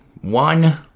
one